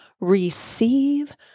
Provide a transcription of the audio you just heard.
receive